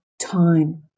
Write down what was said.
time